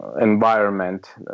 environment